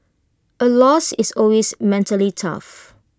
A loss is always mentally tough